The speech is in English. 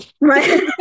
right